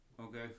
Okay